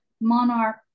monarch